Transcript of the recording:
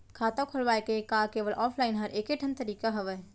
खाता खोलवाय के का केवल ऑफलाइन हर ऐकेठन तरीका हवय?